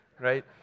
right